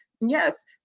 yes